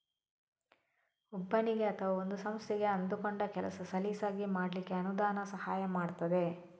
ಒಬ್ಬನಿಗೆ ಅಥವಾ ಒಂದು ಸಂಸ್ಥೆಗೆ ಅಂದುಕೊಂಡ ಕೆಲಸ ಸಲೀಸಾಗಿ ಮಾಡ್ಲಿಕ್ಕೆ ಅನುದಾನ ಸಹಾಯ ಮಾಡ್ತದೆ